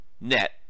net